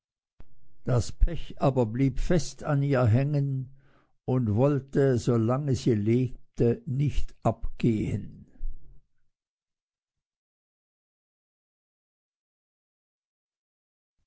das pech aber blieb fest an ihr hängen und wollte solange sie lebte nicht abgehen